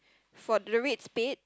for the red spade